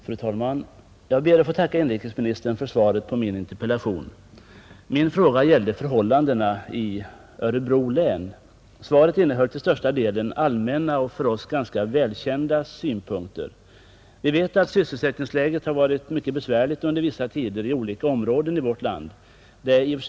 Fru talman! Jag ber att få tacka inrikesministern för svaret på min interpellation. Min fråga gällde förhållandena i Örebro län. Svaret innehåller till största delen allmänna och för oss ganska välkända synpunkter. Vi vet att sysselsättningsläget har varit mycket besvärligt under vissa tider i olika områden av vårt land.